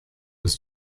was